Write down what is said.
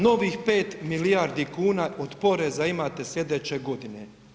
Novih 5 milijardi kuna od poreza imate slijedeće godine.